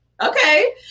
Okay